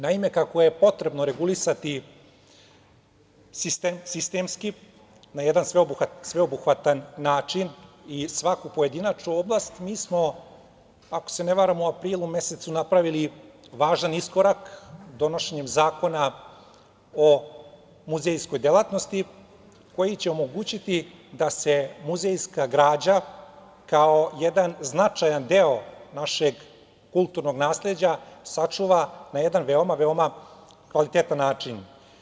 Naime, kako je potrebno regulisati sistemski, na jedan sveobuhvatan način, i svaku pojedinačnu oblast, mi smo, ako se ne varam, u aprilu mesecu napravili važan iskorak donošenjem Zakona o muzejskoj delatnosti, koji će omogućiti da se muzejska građana kao jedan značajan deo našeg kulturnog nasleđa sačuva na jedan veoma, veoma kvalitetan način.